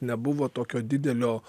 nebuvo tokio didelio